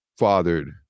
Fathered